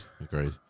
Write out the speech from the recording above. agreed